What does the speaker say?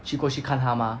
去过去看她 mah